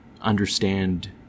understand